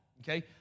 okay